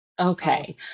Okay